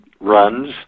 runs